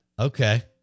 okay